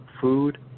food